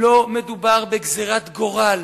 לא מדובר בגזירת גורל,